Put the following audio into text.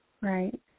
Right